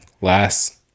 last